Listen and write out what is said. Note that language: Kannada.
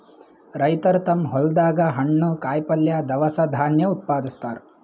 ರೈತರ್ ತಮ್ಮ್ ಹೊಲ್ದಾಗ ಹಣ್ಣ್, ಕಾಯಿಪಲ್ಯ, ದವಸ ಧಾನ್ಯ ಉತ್ಪಾದಸ್ತಾರ್